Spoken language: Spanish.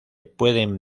pueden